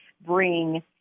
bring